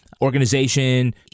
Organization